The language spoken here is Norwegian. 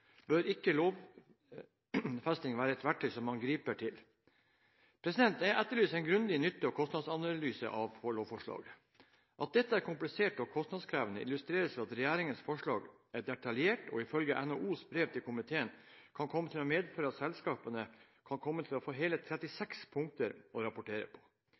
bør ikke lovfesting være et verktøy som man griper til. Jeg etterlyser en grundig nytte–kostnads-analyse av lovforslaget. At dette er komplisert og kostnadskrevende, illustreres ved at regjeringens forslag er detaljert og ifølge NHOs brev til komiteen kan komme til å medføre at selskapene kan komme til å få hele 36 punkter å rapportere på.